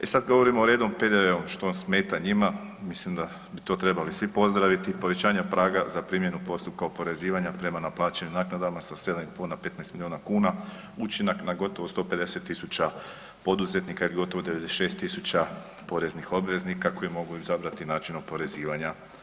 E sad govorimo redom PDV-om što smeta njima, mislim da bi to trebali svi pozdraviti, povećanja praga za primjenu postupka oporezivanja prema naplaćenim naknadama sa 7 … [[Govornik se ne razumije]] 15 milijuna kuna učinak na gotovo 150 000 poduzetnika ili gotovo 96000 poreznih obveznika koji mogu izabrati način oporezivanja.